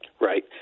Right